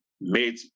made